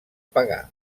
pagar